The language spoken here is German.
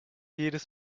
jedes